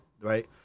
right